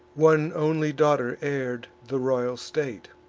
one only daughter heir'd the royal state.